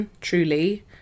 truly